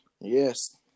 Yes